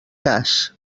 cas